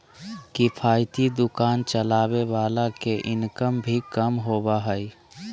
किफायती दुकान चलावे वाला के इनकम भी कम होबा हइ